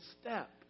step